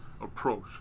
approach